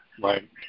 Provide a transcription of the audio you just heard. Right